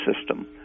system